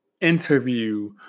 interview